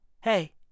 Hey